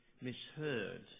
misheard